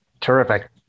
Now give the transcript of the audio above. Terrific